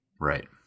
Right